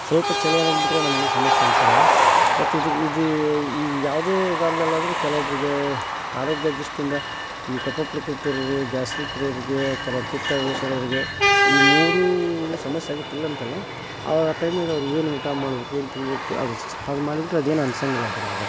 ಸ್ವಲ್ಪ ಚಳಿ ಆದಂತೆ ಬಿಟ್ಟರೆ ನಮ್ಗೇನು ಸಮಸ್ಯೆ ಅನ್ಸೋಲ್ಲ ಬಟ್ ಇದು ಇದು ಈ ಯಾವುದೇ ಕಾಲದಲ್ಲಾದ್ರೂ ಕೆಲವೊಬ್ಬರಿಗೆ ಆರೋಗ್ಯ ದೃಷ್ಟಿಯಿಂದ ಈ ಕಫ ಪ್ರಕೃತಿ ಇರೋರು ಗ್ಯಾಸ್ಟ್ರಿಕ್ ಇರೋರಿಗೆ ಕೆಲವು ಪಿತ್ತ ದೋಷ ಇರೋರಿಗೆ ಈ ಮೂರು ಸಮಸ್ಯೆ ಆಗಿತ್ತು ಇಲ್ಲಂತಲ್ಲ ಆ ಟೈಮ್ನಾಗ ಅವ್ರು ಏನು ಊಟ ಮಾಡ್ಬೇಕು ಏನು ತಿನ್ನಬೇಕು ಅದು ಅದು ಮಾಡಿ ಬಿಟ್ಟರೆ ಅದು ಏನು ಅನ್ಸೋಂಗಿಲ್ಲ ಅವರಿಗೆ ಆವಾಗ